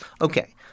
Okay